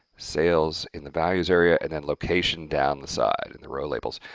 sales in the values area, and then location down the side in the row labels,